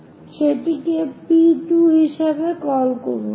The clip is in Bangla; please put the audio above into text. সেটিকে P2 হিসাবে কল করুন